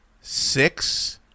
six